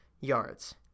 yards